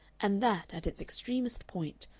and that, at its extremist point,